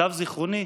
למיטב זיכרוני,